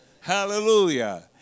Hallelujah